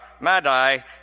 Madai